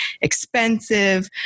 expensive